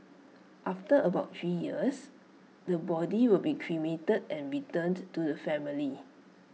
after about three years the body will be cremated and returned to the family